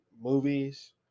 movies